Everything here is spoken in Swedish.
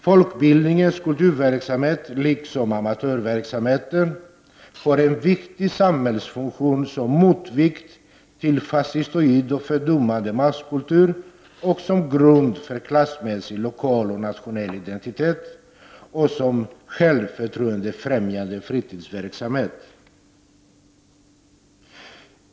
Folkbildningens kulturverksamhet liksom amatörverksamheten har en viktig samhällsfunktion som motvikt till fascistoid och fördummande masskultur, som grund för klassmässig lokal och nationell identitet och som självförtroendefrämjande fritidsverksamhet.